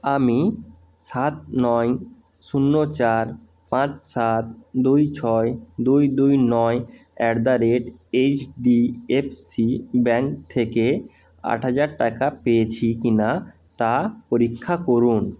আমি সাত নয় শূন্য চার পাঁচ সাত দুই ছয় দুই দুই নয় at the rate HDFC bank থেকে আট হাজার টাকা পেয়েছি কি না তা পরীক্ষা করুন